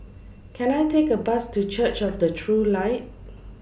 Can I Take A Bus to Church of The True Light